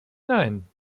nein